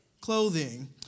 clothing